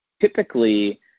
typically